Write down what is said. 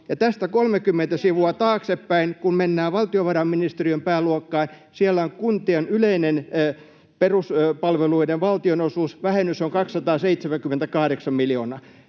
tästä 30 sivua taaksepäin kun mennään valtiovarainministeriön pääluokkaan, siellä kuntien yleinen peruspalveluiden valtionosuusvähennys on 278 miljoonaa.